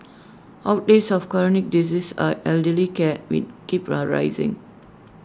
outlays of chronic diseases and elderly care will keep A rising